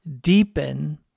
deepen